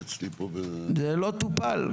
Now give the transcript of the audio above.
זה לא טופל.